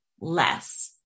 less